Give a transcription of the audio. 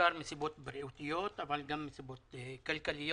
בעיקר מסיבות בריאותיות אבל גם מסיבות כלכליות.